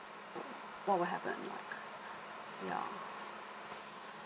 what will happen yeah